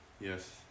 Yes